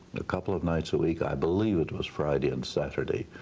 a couple of nights a week, i believe it was friday and saturday,